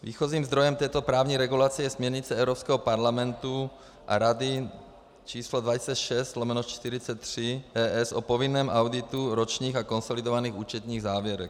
Výchozím zdrojem této právní regulace je směrnice Evropského parlamentu a Rady č. 2006/43/ES o povinném auditu ročních a konsolidovaných účetních závěrek.